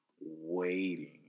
waiting